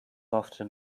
often